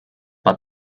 but